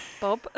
Bob